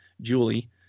julie